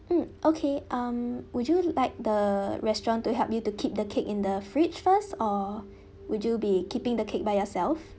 mm okay um would you like the restaurant to help you to keep the cake in the fridge first or would you be keeping the cake by yourself